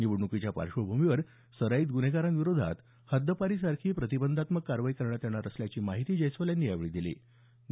निवडण्कीच्या पार्श्वभूमीवर सराईत गुन्हेगारांविरोधात हद्दपारी सारखी प्रतिबंधात्मक कारवाई करण्यात येणार असल्याची माहिती जयस्वाल यांनी या बैठकीनंतर वार्ताहर परिषदेत दिली